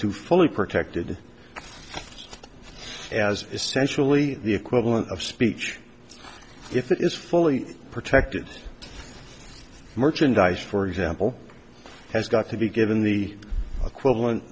to fully protected as essentially the equivalent of speech if it is fully protected merchandise for example has got to be given the equivalent